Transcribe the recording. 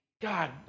God